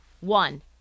One